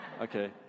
Okay